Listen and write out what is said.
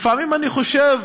לפעמים אני חושב